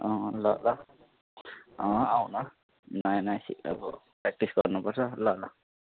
अँ अँ ल ल अँ आउ न नयाँ नयाँ सिक्दा भयो प्रेक्टिस गर्नुपर्छ ल ल